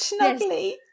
snuggly